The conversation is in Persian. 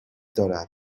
دارد